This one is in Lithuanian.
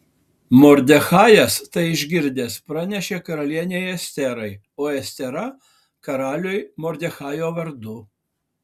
mordechajas tai išgirdęs pranešė karalienei esterai o estera karaliui mordechajo vardu